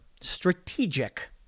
strategic